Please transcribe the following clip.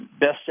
best